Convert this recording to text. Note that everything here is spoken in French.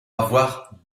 avoir